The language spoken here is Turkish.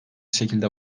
şekilde